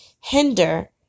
hinder